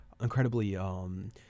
incredibly